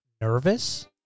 nervous